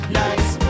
nice